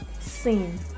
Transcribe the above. scene